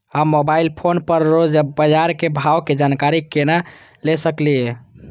हम mobile phone पर रोज बाजार के भाव के जानकारी केना ले सकलिये?